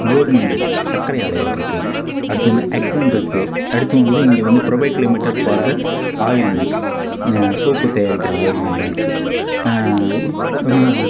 government சக்கரை ஆலைகள் இருக்கு அடுத்து வந்து எக்சன் இருக்கு அடுத்து வந்து இங்கே வந்து private limited for the oil mill soap தயாரிக்கிற ஆயில் மில்லாம் இருக்கு உற் ஆனால்